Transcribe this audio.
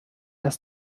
dass